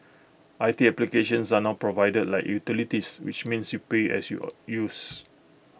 I T applications are now provided like utilities which means you pay as your use